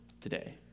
today